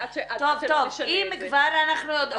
עד שלא נשנה את זה,